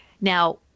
Now